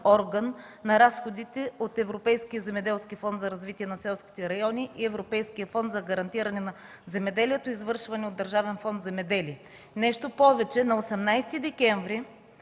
на разходите от Европейския земеделски фонд за развитие на селските райони и Европейския фонд за гарантиране на земеделието, извършвани от Държавен фонд „Земеделие”. Нещо повече, на 18 декември